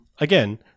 again